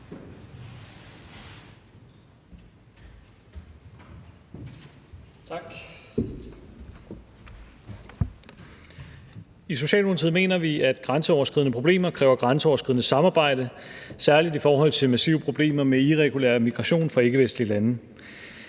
I Socialdemokratiet mener vi, at grænseoverskridende problemer kræver grænseoverskridende samarbejde, særlig i forhold til massive problemer med irregulær migration fra ikkevestlige lande.